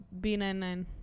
B99